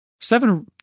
seven